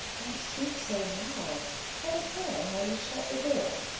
don't speak so loud have a care how you shut the door,